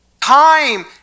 time